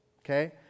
okay